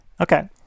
Okay